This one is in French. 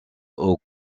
aux